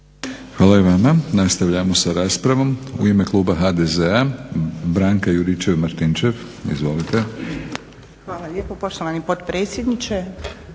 Hvala i vama. Nastavljamo sa raspravom. U ime kluba HDZ-a Branka Juričev-Martinčev. Izvolite. **Juričev-Martinčev,